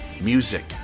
music